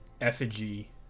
effigy